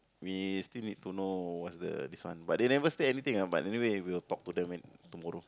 we still need to know what's the this one but they never state anything ah but anyway we'll talk to them in tomorrow